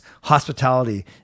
hospitality